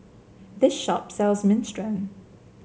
this shop sells Minestrone